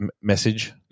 message